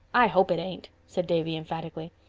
i hope it ain't, said davy emphatically.